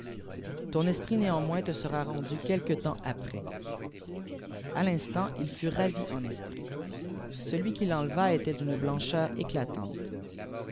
ton esprit néanmoms te sera rendu quelque temps après a tinstant il fit ravi en esprit celui cpii l'enleva était d'une blancheur éclatante